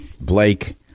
Blake